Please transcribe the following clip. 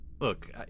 Look